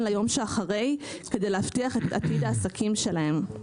ליום שאחרי כדי להבטיח את עתיד העסקים שלהן.